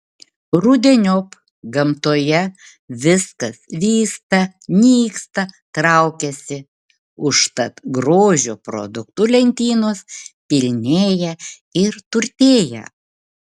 rudeniop gamtoje viskas vysta nyksta traukiasi užtat grožio produktų lentynos pilnėja ir turtėja